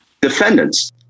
defendants